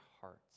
hearts